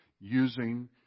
using